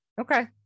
okay